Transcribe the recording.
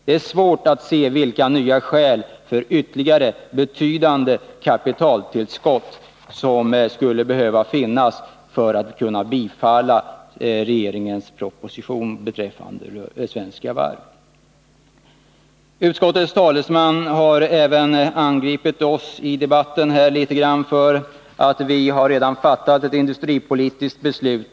Det är svårt att se vilka nya skäl för ytterligare betydande kapitaltillskott till Svenska Varv som skulle finnas för regeringens förslag. Utskottets talesman har i debatten angripit oss och påpekat att vi redan tidigare i år fattat ett industripolitiskt beslut.